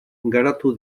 garatu